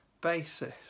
basis